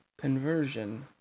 Conversion